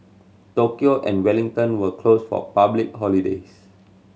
Tokyo and Wellington were closed for public holidays